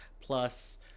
plus